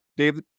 Dave